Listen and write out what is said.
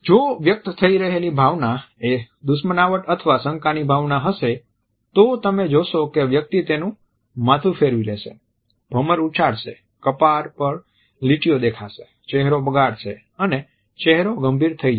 જો વ્યક્ત થઈ રહેલી ભાવના એ દુશ્મનાવટ અને શંકાની ભાવના હશે તો તમે જોશો કે વ્યક્તિ તેનું માથું ફેરવી લેશે ભમર ઉછાળશે કપાળ પર લીટીઓ દેખાશે ચહેરો બગાડશે અને ચહેરો ગંભીર થઈ જશે